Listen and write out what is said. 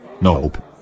Nope